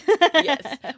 Yes